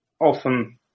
often